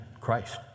Christ